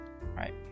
Right